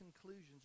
conclusions